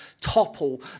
topple